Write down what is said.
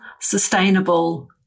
sustainable